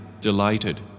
delighted